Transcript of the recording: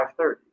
530